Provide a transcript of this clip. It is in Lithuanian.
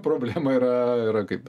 problema yra yra kaip